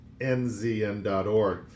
nzn.org